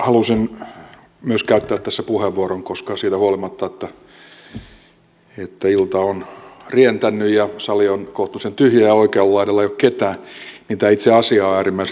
halusin myös käyttää tässä puheenvuoron koska siitä huolimatta että ilta on rientänyt ja sali on kohtuullisen tyhjä ja oikealla laidalla ei ole ketään tämä itse asia on äärimmäisen tärkeä